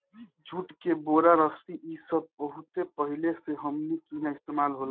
जुट के बोरा, रस्सी इ सब बहुत पहिले से हमनी किहा इस्तेमाल होता